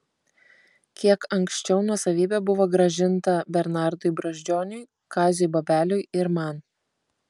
kiek anksčiau nuosavybė buvo grąžinta bernardui brazdžioniui kaziui bobeliui ir man